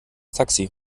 taxi